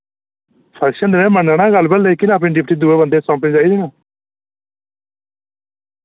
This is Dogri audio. फंक्शन ते ऐ मन्नना गल्ल लेकिन अपनी डिप्टी दुए बंदे ई सौंपने चाहिदी ना